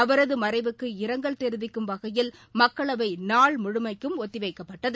அவரது மறைவுக்கு இரங்கல் தெரிவிக்கும் வகையில் மக்களவை நாள் முழுமைக்கும் ஒத்திவைக்கப்பட்டது